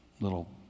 little